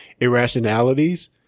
irrationalities